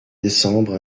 décembre